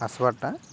ଆସ୍ବାଟା